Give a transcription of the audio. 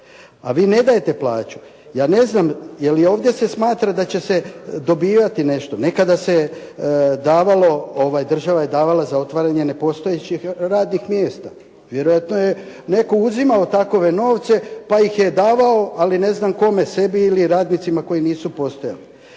A vi ne dajete plaću. Ja ne znam, jel i ovdje se smatra da će se dobijati nešto. Nekada se davalo, država je davala za otvaranje nepostojećih radnih mjesta. Vjerojatno je netko uzimao takve novce pa ih je davao, ali ne znam kome, sebi ili radnicima koji nisu postojali.